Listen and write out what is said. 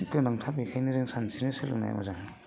गोनांथार बेखायनो जों सानस्रिनो सोलोंनाया मोजां